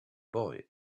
boy